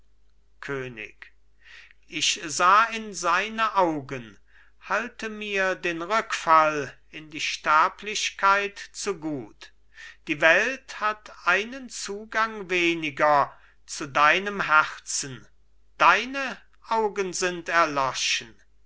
könig ich sah in seine augen halte mir den rückfall in die sterblichkeit zugut die welt hat einen zugang weniger zu deinem herzen deine augen sind erloschen